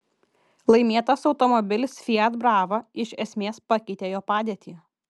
laimėtas automobilis fiat brava iš esmės pakeitė jo padėtį